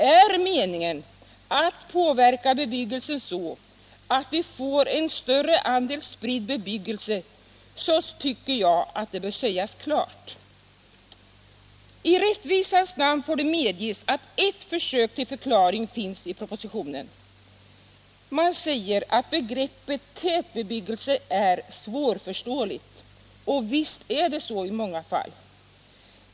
Är meningen att påverka bebyggelsen så att vi får en större andel spridd bebyggelse tycker jag att det bör sägas klart. I rättvisans namn får det medges att ett försök till förklaring finns i propositionen. Man säger där att begreppet tätbebyggelse är svårförståeligt — och visst är det så i många fall.